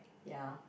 ya